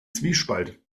zwiespalt